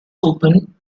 open